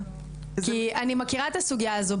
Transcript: כי אני מכירה את הסוגיה הזו.